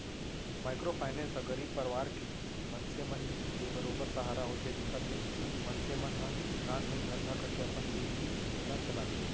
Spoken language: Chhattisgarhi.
माइक्रो फायनेंस ह गरीब परवार के मनसे मन के बरोबर सहारा होथे जेखर ले मनसे मन ह नानमुन धंधा करके अपन जिनगी ल चलाथे